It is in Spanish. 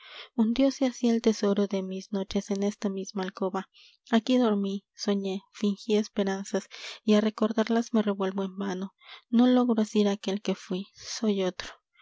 piano viejo y lejano hundióse así el tesoro de mis noches en esta misma alcoba aquí dormí soñé fingí esperanzas y a recordarlas me revuelvo en vano no logro asir aquel que fui soy otro